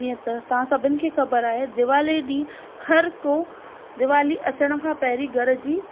जीअं त तव्हां सभिनी खे ख़बर आहे दीवाली ॾींहुं हर को दीवाली अचण खां पहिरीं घर जी